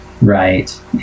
right